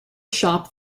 shop